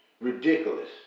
Ridiculous